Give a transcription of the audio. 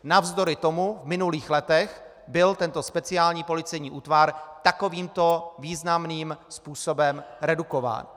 Navzdory tomu v minulých letech byl tento speciální policejní útvar takovýmto významným způsobem redukován.